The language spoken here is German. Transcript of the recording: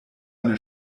eine